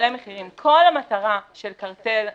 כל המטרה של קרטל היא